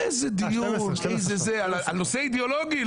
איזה דיון על נושא אידאולוגי.